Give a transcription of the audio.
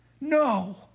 No